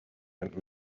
and